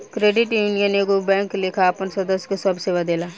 credit union एगो bank लेखा आपन सदस्य के सभ सेवा देला